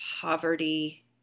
poverty